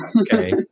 Okay